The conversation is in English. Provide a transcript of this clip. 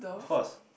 of course